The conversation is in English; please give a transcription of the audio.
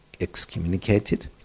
excommunicated